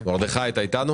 מרדכי לא איתנו